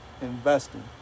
investing